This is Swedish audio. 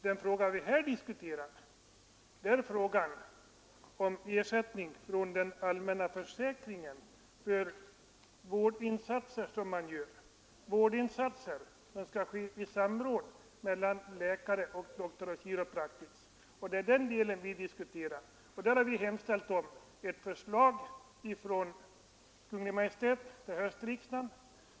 För det andra är det frågan om ersättning från den allmänna försäkringen för vårdinsatser som skall ske i samråd mellan läkare och Doctors of Chiropractic. Det är den delen vi diskuterar nu, och där har vi hemställt om förslag från Kungl. Maj:t till höstriksdagen.